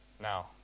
Now